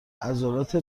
عضلات